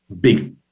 big